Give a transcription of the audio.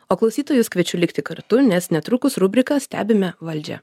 o klausytojus kviečiu likti kartu nes netrukus rubrika stebime valdžią